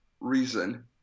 reason